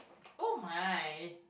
oh mine